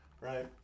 right